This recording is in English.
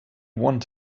want